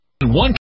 one